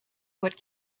what